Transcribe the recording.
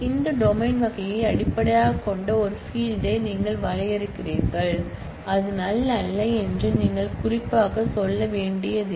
இந்த டொமைன் வகையை அடிப்படையாகக் கொண்ட ஒரு ஃபீல்டை நீங்கள் வரையறுக்கிறீர்கள் அது NULL அல்ல என்று நீங்கள் குறிப்பாக சொல்ல வேண்டியதில்லை